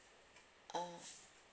uh